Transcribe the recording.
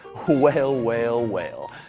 whale whale whale,